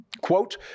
Quote